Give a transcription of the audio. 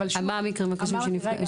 אז מה המקרים הקשים שנחשפתם אליהם?